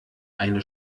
eine